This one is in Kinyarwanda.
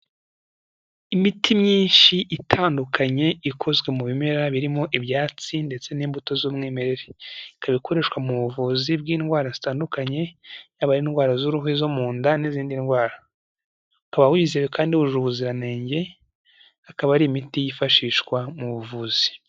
Imiti myinshi itandukanye ikozwe mu bimera birimo ibyatsi ndetse n'imbuto z'umwimerere, ikaba ikoreshwa mu buvuzi bw'indwara zitandukanye yaba ari indwara z'uruhu, izo mu nda n'izindi ndwara, ukaba wizewe kandi wujuje ubuziranenge, akaba ari imiti yifashishwa mu buvuzi.